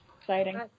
exciting